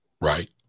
right